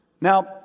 Now